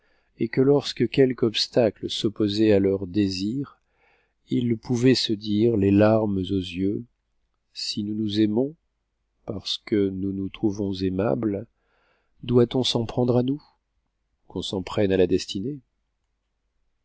et que lorsque quelque obstacle s'opposait à leurs désirs ils pouvaient se dire les larmes aux yeux si nous nous aimons parce que nous nous trouvons aimables doit-on s'en prendre à nous qu'on s'en prenne à la destinée